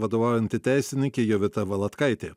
vadovaujanti teisininkė jovita valatkaitė